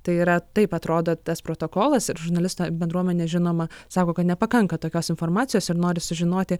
tai yra taip atrodo tas protokolas ir žurnalistų bendruomenė žinoma sako kad nepakanka tokios informacijos ir nori sužinoti